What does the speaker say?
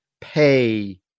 pay